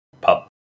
Pub